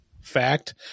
fact